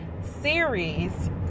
series